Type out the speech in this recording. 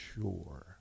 sure